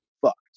fucked